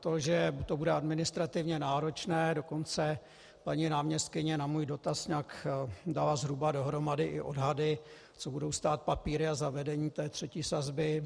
to, že to bude administrativně náročné, dokonce paní náměstkyně na můj dotaz nějak dala zhruba dohromady i odhady, co budou stát papíry a zavedení třetí sazby.